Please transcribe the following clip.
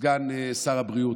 סגן שר הבריאות: